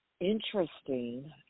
interesting